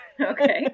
Okay